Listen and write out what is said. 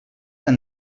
tan